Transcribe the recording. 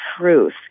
truth